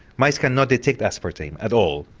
mice cannot detect aspartame at all.